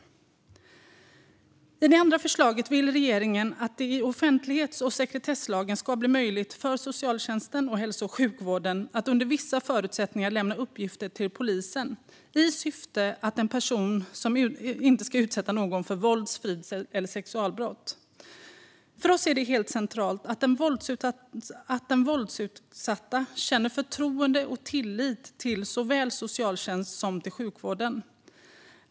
Genom sitt andra förslag vill regeringen att det i offentlighets och sekretesslagen ska bli möjligt för socialtjänsten och hälso och sjukvården att under vissa förutsättningar lämna uppgifter till polisen i syfte att en person inte ska utsätta någon annan för vålds, frids eller sexualbrott. För oss är det helt centralt att den våldsutsatta känner förtroende för och tillit till såväl socialtjänst som sjukvård.